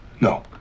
No